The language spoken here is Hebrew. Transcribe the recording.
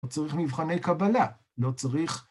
לא צריך מבחני קבלה, לא צריך...